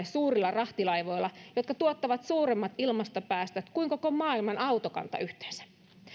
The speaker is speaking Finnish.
suurilla rahtilaivoilla jotka tuottavat suuremmat ilmastopäästöt kuin koko maailman autokanta yhteensä